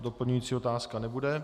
Doplňující otázka nebude?